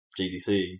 GDC